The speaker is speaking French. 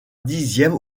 dixième